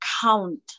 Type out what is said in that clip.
count